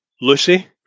Lucy